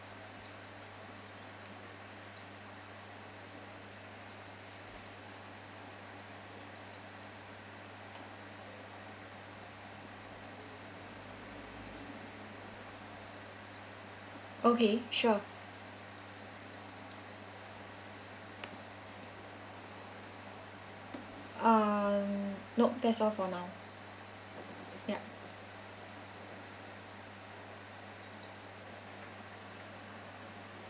okay sure uh nope that's all for now ya